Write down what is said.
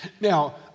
Now